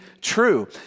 true